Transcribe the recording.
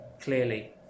clearly